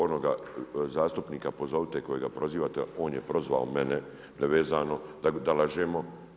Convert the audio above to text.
Onoga zastupnika pozovite kojega prozivate, on je prozvao mene nevezano da lažemo.